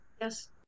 Yes